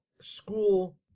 school